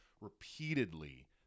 repeatedly